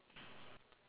one